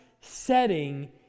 setting